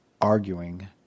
arguing